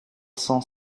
cent